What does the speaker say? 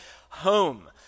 home